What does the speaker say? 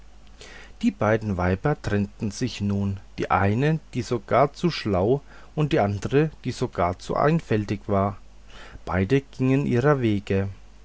die beiden weiber trennten sich nun die eine die so gar zu schlau und die andre die so gar zu einfältig war beide gingen ihrer wege